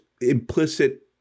implicit